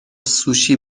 سوشی